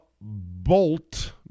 Bolt